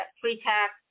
pre-tax